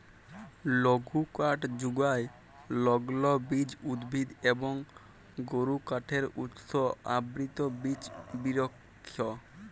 লঘুকাঠ যুগায় লগ্লবীজ উদ্ভিদ এবং গুরুকাঠের উৎস আবৃত বিচ বিরিক্ষ